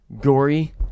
Gory